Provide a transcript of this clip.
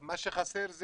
מה שחסר,